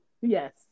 Yes